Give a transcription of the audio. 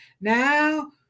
Now